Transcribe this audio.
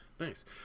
Nice